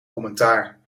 commentaar